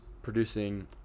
producing